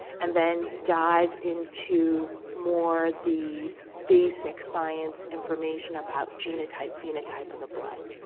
and then dive into more the basic science information about genotype phenotype of the blood.